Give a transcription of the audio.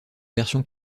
version